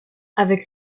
avec